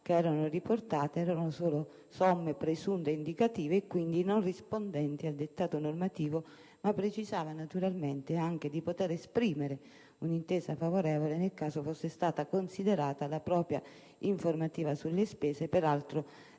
somme ivi riportate erano solo presunte e indicative e quindi non rispondenti al dettato normativo, ma precisava anche di poter esprimere un'intesa favorevole nel caso fosse stata considerata la propria informativa sulle spese, peraltro